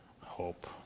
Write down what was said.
hope